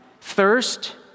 Thirst